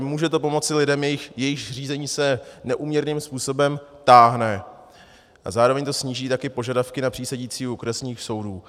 Může to pomoci lidem, jejichž řízení se neúměrným způsobem táhne, a zároveň to sníží taky požadavky na přísedící u okresních soudů.